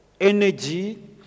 energy